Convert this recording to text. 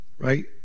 Right